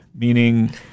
meaning